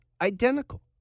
identical